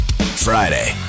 Friday